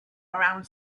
around